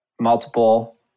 multiple